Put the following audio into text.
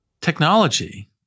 Technology